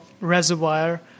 reservoir